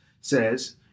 says